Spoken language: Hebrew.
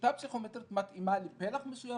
ושיטה פסיכומטרית מתאימה לפלח מסוים